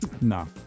No